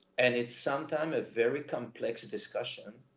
and it's sometime a very complex discussion,